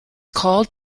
called